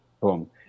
boom